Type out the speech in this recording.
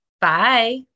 Bye